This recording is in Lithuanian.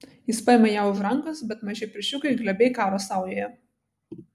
jis paima ją už rankos bet maži pirščiukai glebiai karo saujoje